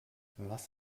was